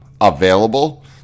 available